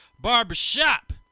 Barbershop